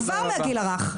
כבר מהגיל הרך.